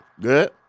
Good